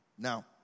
Now